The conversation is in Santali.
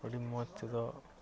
ᱟᱹᱰᱤ ᱢᱚᱡᱽ ᱛᱮᱫᱚ